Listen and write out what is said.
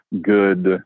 good